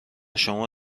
شما